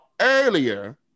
earlier